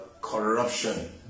corruption